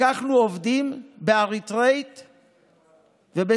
לקחנו עובדים דוברי אריתריאית וסודנית,